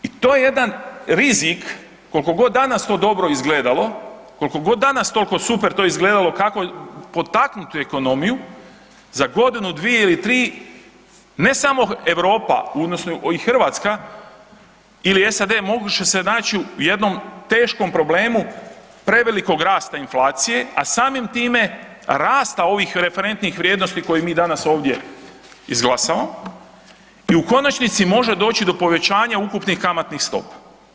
I to je jedan rizik, koliko god danas to dobro izgledalo, koliko god danas tolko super to izgledalo, kako potaknuti ekonomiju, za godinu dvije ili tri, ne samo Europa, odnosno i Hrvatska ili SAD može se naći u jednom teškom problemu prevelikog rasta inflacije, a samim time, rasta ovih referentnih vrijednosti koje mi danas ovdje izglasavamo i u konačnici može doći do povećanja ukupnih kamatnih stopa.